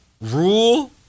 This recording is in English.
Rule